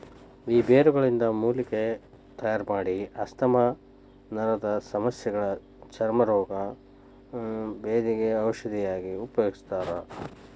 ಈ ಬೇರುಗಳಿಂದ ಮೂಲಿಕೆ ತಯಾರಮಾಡಿ ಆಸ್ತಮಾ ನರದಸಮಸ್ಯಗ ಚರ್ಮ ರೋಗ, ಬೇಧಿಗ ಔಷಧಿಯಾಗಿ ಉಪಯೋಗಿಸ್ತಾರ